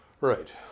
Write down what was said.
Right